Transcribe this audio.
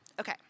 Okay